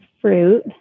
fruit